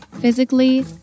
physically